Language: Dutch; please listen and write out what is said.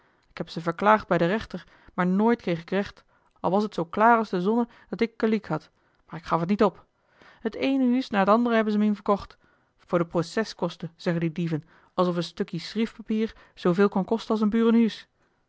ik heb ze verklaagd bij den rechter maar nooit kreeg ik recht al was het zoo klaar als de zonne dat ik geliek had maar ik gaf het niet op het eene huus na het andere hebben ze mien verkocht voor de proceskosten zeggen die dieven alsof een stukkien schriefpapier zooveel kan kosten als een